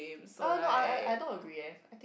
uh no I I I don't agree eh I think